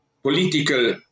political